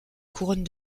couronne